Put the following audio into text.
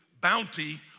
bounty